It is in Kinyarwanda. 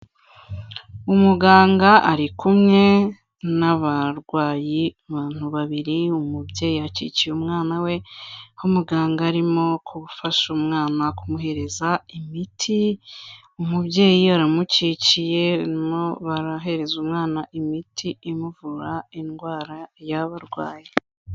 Umuganga ari kumwe n'abarwayi, abantu babiri, umubyeyi akikiye umwana we; umuganga arimo gufasha umwana kumuhereza imiti, umubyeyi yaramukikiye arimo barahereza umwana imiti imuvura indwara yaba arwaye.